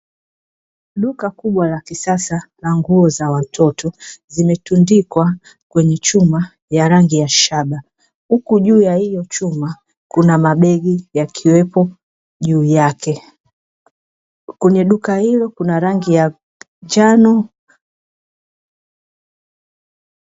Duka kubwa la kisasa la nguo za watoto, zimetundikwa kwenye chuma ya rangi ya shaba, huku juu ya hiyo chuma kuna mabegi yakiwepo juu yake, kwenye duka hilo kuna rangi ya njano.